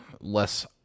less